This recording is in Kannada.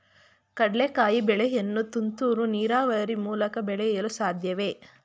ಕಡ್ಲೆಕಾಯಿ ಬೆಳೆಯನ್ನು ತುಂತುರು ನೀರಾವರಿ ಮೂಲಕ ಬೆಳೆಯಲು ಸಾಧ್ಯವೇ?